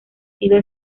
sido